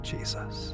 Jesus